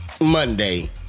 Monday